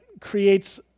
creates